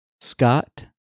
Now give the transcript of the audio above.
Scott